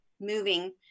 moving